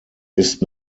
ist